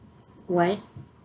why